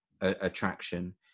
attraction